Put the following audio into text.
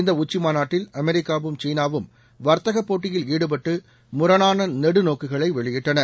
இந்த உச்சிமாநாட்டில் அமெரிக்காவும் சீனாவும் வர்த்தகப் போட்டியில் ஈடுபட்டு முரணான நெடுநோக்குகளை வெளியிட்டன